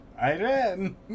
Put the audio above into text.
Iran